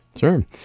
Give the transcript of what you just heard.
Sure